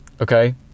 okay